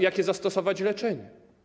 Jakie zastosować leczenie?